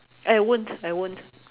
I won't I won't